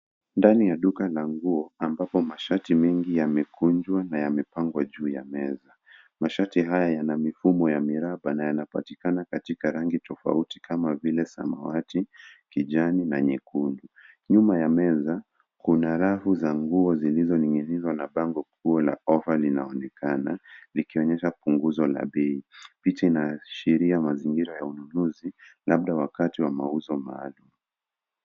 Duka la nguo ambapo mashati mengi ya mikono mirefu na ya mikono mifupi yamepangwa juu ya meza. Mashati haya yana mifumo ya miraba na yanapatikana katika rangi tofauti kama samawati, kijani na nyekundu. Nyuma ya meza, kuna rafu za nguo zilizopangwa kwa mpangilio mzuri, huku bango kubwa lenye ofa likionekana, likionyesha mazingira yenye mvuto wa ununuzi, huenda wakati wa mauzo maalum.